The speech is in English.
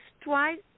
twice